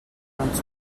ганц